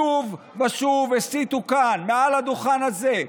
שוב ושוב הסיתו כאן מעל הדוכן הזה.